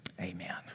Amen